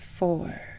four